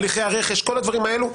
הליכי הרכש, כל הדברים האלו,